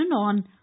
on